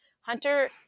Hunter